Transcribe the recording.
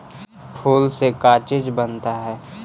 फूल से का चीज बनता है?